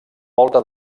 volta